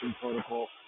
protocol